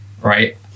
right